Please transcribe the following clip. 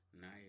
Nice